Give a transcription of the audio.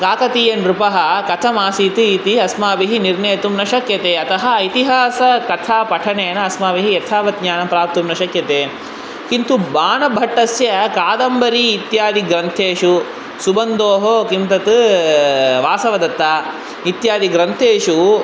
काकतीय नृपः कथम् आसीत् इति अस्माभिः निर्णयितुं न शक्यते अतः इतिहासः कथा पठनेन अस्माभिः यथावत् ज्ञानं प्राप्तुं न शक्यते किन्तु बाणभट्टस्य कादम्बरी इत्यादि ग्रन्थेषु सुबन्धोः किं तत् वासवदत्ता इत्यादि ग्रन्थेषु